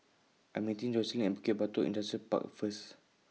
I Am meeting Jocelyne At Bukit Batok Industrial Park First